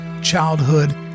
childhood